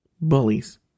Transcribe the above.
Bullies